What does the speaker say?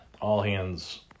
all-hands